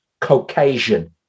Caucasian